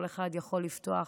כל אחד יכול לפתוח,